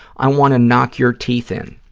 i want to knock your teeth in.